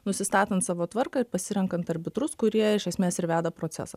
nusistatant savo tvarką ir pasirenkant arbitrus kurie iš esmės ir veda procesą